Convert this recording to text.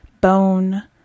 Bone